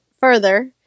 further